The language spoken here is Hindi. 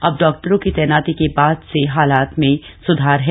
अब डॉक्टरों की तैनाती के बाद से हालात में सुधार है